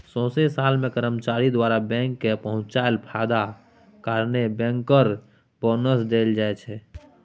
सौंसे साल मे कर्मचारी द्वारा बैंक केँ पहुँचाएल फायदा कारणेँ बैंकर बोनस देल जाइ छै